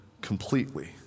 completely